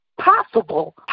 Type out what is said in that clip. possible